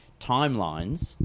timelines